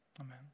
amen